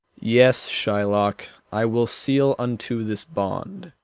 yes, shylock, i will seal unto this bond.